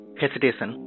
hesitation